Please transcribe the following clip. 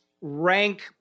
rank